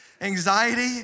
Anxiety